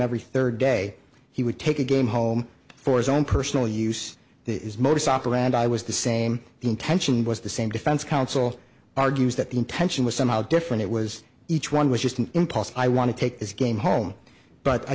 every third day he would take a game home for his own personal use his modus operandi was the same intention was the same defense counsel argues that the intention was somehow different it was each one was just an impostor i want to take this game home but i